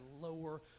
lower